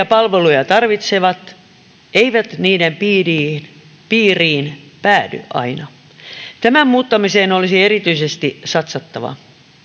palveluja tarvitsevat eivät niiden piiriin piiriin päädy aina tämän muuttamiseen olisi erityisesti satsattava